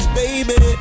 baby